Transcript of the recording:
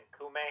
Kume